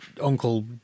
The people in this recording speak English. Uncle